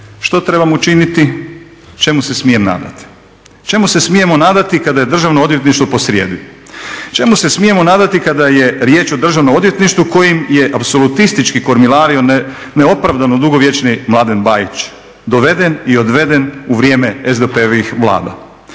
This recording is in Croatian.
što trebam učiniti, čemu se smijem nadati? Čemu se smijemo nadati kada je Državno odvjetništvo posrijedi? Čemu se smijemo nadati kada je riječ o Državnom odvjetništvu kojim je apsolutistički kormilario neopravdano dugovječni Mladen Bajić doveden i odveden u vrijeme SDP-ovih vlada.